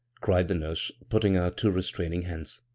cried the nurse, putting out two re straining hands.